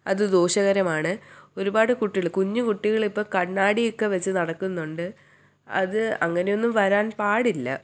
അത് ദോഷകരമാണ് ഒരുപാട് കുട്ടികൾ കുഞ്ഞ് കുട്ടികൾ ഇപ്പോൾ കണ്ണാടി ഒക്കെ വെച്ച് നടക്കുന്നുണ്ട് അത് അങ്ങനെയൊന്നും വരാൻ പാടില്ല